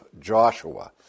Joshua